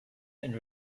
and